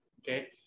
okay